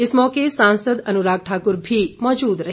इस मौके सांसद अनुराग ठाकुर भी मौजूद रहे